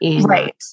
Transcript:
right